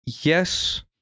yes